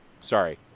sorry